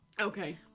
Okay